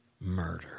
murder